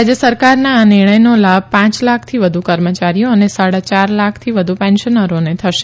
રાજ્ય સરકારના આ નિર્ણયનો લાભ પાંચ લાખથી વધુ કર્મચારીઓ અને સાડા ચાર લાખથી વધુ પેન્શનરોને થશે